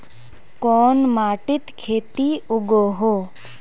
कोन माटित खेती उगोहो?